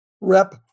rep